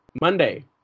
Monday